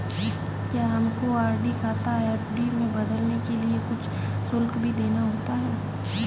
क्या हमको आर.डी खाता एफ.डी में बदलने के लिए कुछ शुल्क भी देना होता है?